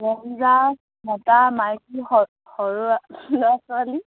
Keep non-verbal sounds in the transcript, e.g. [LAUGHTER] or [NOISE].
[UNINTELLIGIBLE] মতা মাইকী স সৰু ল'ৰা ছোৱালী